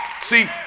See